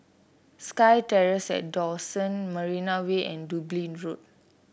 SkyTerrace at Dawson Marina Way and Dublin Road